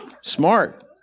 Smart